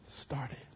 started